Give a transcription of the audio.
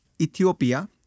Ethiopia